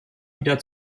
wieder